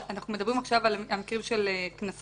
אנחנו מדברים עכשיו על מקרים של קנסות,